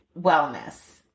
wellness